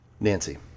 Nancy